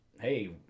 hey